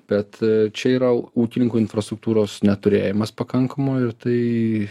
bet čia yra ūkininkų infrastruktūros neturėjimas pakankamo ir tai